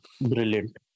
brilliant